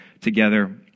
together